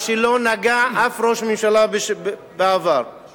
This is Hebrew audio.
מה שאף ראש ממשלה בעבר לא נגע בו.